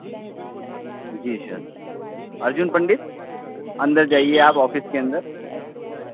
जी sir Arjun Pandit अंदर जाइए आप ऑफिस के अंदर